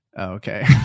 Okay